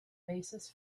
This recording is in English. basis